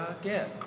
again